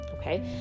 Okay